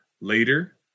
later